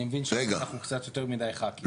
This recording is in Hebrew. אני מבין שאנחנו קצת יותר מדי ח"כים.